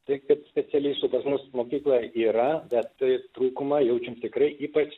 taip kad specialistų pas mus mokykloj yra bet tai trūkumą jaučiam tikrai ypač